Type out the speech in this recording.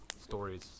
stories